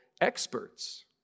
experts